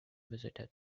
visited